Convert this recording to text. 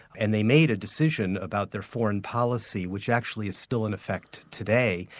and they made a decision about their foreign policy which actually is still in effect today,